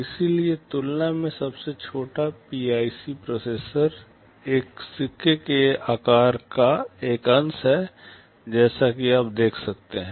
इसकी तुलना में सबसे छोटा पीआईसी प्रोसेसर एक सिक्के के आकार का एक अंश है जैसा कि आप देख सकते हैं